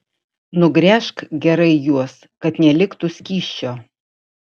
nugręžk gerai juos kad neliktų skysčio